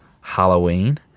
Halloween